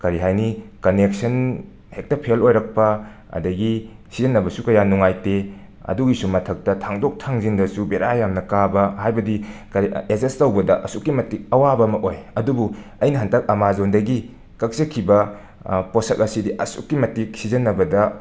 ꯀꯔꯤ ꯍꯥꯏꯅꯤ ꯀꯅꯦꯛꯁꯟ ꯍꯦꯛꯇ ꯐꯦꯜ ꯑꯣꯏꯔꯛꯄ ꯑꯗꯒꯤ ꯁꯤꯖꯤꯟꯅꯕꯁꯨ ꯀꯌꯥ ꯅꯨꯉꯥꯏꯇꯦ ꯑꯗꯨꯒꯤꯁꯨ ꯃꯊꯛꯇ ꯊꯥꯡꯗꯣꯛ ꯊꯥꯡꯖꯤꯟꯗꯁꯨ ꯕꯦꯔꯥ ꯌꯥꯝꯅ ꯀꯥꯕ ꯍꯥꯏꯕꯗꯤ ꯀꯔꯤ ꯑ ꯑꯦꯖꯁ ꯇꯧꯕꯗ ꯑꯁꯨꯛꯀꯤ ꯃꯇꯤꯛ ꯑꯦꯋꯥꯕ ꯑꯃ ꯑꯣꯏ ꯑꯗꯨꯕꯨ ꯑꯩꯅ ꯍꯟꯗꯛ ꯑꯃꯥꯖꯣꯟꯗꯒꯤ ꯀꯛꯆꯈꯤꯕ ꯄꯣꯠꯁꯛ ꯑꯁꯤꯗꯤ ꯑꯁꯨꯛꯀꯤ ꯃꯇꯤꯛ ꯁꯤꯖꯤꯟꯅꯕꯗ